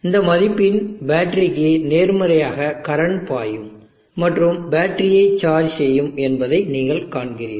இந்த மதிப்பின் பேட்டரிக்கு நேர்மறையான கரண்ட் பாயும் மற்றும் பேட்டரியை சார்ஜ் செய்யும் என்பதை நீங்கள் காண்கிறீர்கள்